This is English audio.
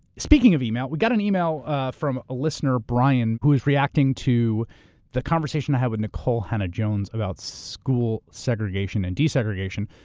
speaking of email, we got an email from a listener, brian, who is reacting to the conversation i had with nikole hannah-jones about school segregation and desegregation,